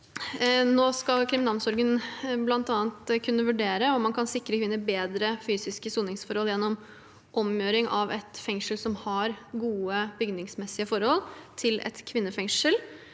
Nå skal kriminalomsorgen bl.a. kunne vurdere om man kan sikre kvinner bedre fysiske soningsforhold gjennom omgjøring av et fengsel som har gode bygningsmessige forhold, til et kvinnefengsel.